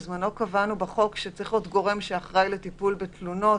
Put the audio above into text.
בזמנו קבענו בחוק שצריך להיות גורם שאחראי לטיפול בתלונות,